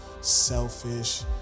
selfish